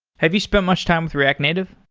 have you spent much time through react native?